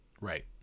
right